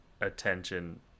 attention